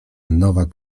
nowak